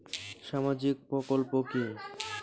সামাজিক প্রকল্প কি?